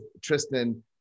Tristan